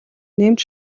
нэмж